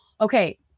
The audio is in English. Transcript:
Okay